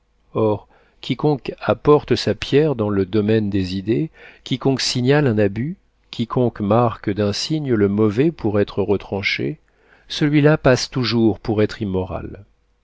or quiconque apporte sa pierre dans le domaine des idées quiconque signale un abus quiconque marque d'un signe le mauvais pour être retranché celui-là passe toujours pour être immoral